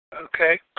Okay